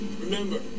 Remember